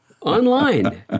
Online